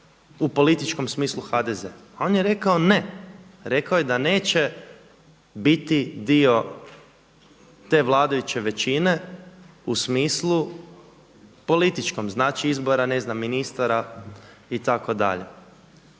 u političkom smislu HDZ? A on je rekao ne, rekao je da neće biti dio te vladajuće većine u smislu političkom, znači izbora ne znam ministara itd.